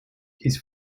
his